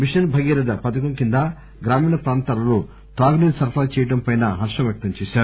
machine Bhagiratha పదకం కింద గ్రామీణ ప్రాంతాలలో త్రాగునీరు సరఫరా చేయటంపై హర్షం వ్యక్తం చేశారు